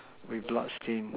with blood stain